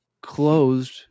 closed